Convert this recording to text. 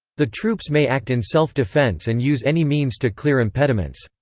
the troops may act in self-defense and use any means to clear impediments.